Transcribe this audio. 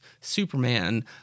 Superman